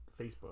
Facebook